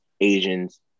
Asians